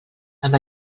amb